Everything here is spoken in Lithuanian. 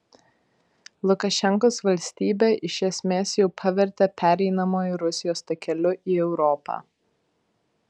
lukašenkos valstybę iš esmės jau pavertė pereinamuoju rusijos takeliu į europą